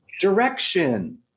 direction